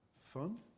fun